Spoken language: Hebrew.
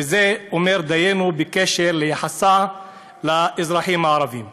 וזה אומר דרשני בקשר ליחסה לאזרחים הערבים.